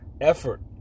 Effort